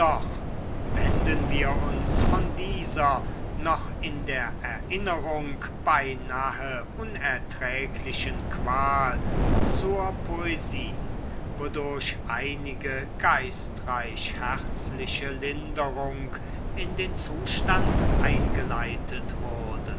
wenden wir uns von dieser noch in der erinnerung beinahe unerträglichen qual zur poesie wodurch einige geistreich herzliche linderung in den zustand eingeleitet wurde